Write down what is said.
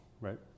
right